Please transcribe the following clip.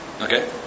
Okay